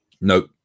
Nope